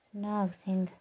स्नेयाल Singh